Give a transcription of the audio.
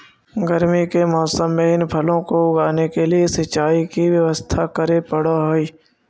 गर्मी के मौसम में इन फलों को उगाने के लिए सिंचाई की व्यवस्था करे पड़अ हई